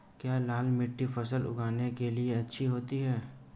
क्या लाल मिट्टी फसल उगाने के लिए अच्छी होती है?